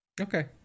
Okay